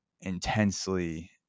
intensely